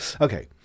Okay